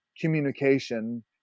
communication